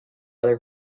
other